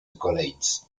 accolades